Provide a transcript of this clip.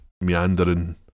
Meandering